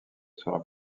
sera